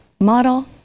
model